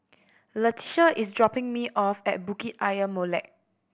Leticia is dropping me off at Bukit Ayer Molek